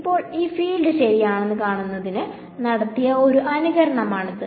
ഇപ്പോൾ ഈ ഫീൽഡ് ശരിയാണെന്ന് കാണുന്നതിന് നടത്തിയ ഒരു അനുകരണമാണിത്